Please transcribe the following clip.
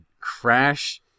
crash